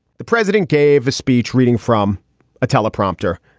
the president gave a speech reading from a teleprompter.